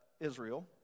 Israel